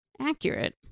accurate